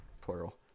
plural